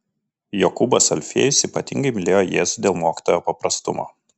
jokūbas alfiejus ypatingai mylėjo jėzų dėl mokytojo paprastumo